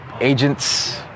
Agents